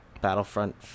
Battlefront